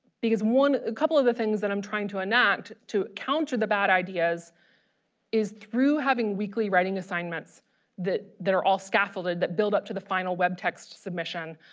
because one couple of the things that i'm trying to enact to counter the bad ideas is through having weekly writing assignments that that are all scaffolded that build up to the final web text submission.